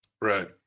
Right